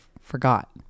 forgot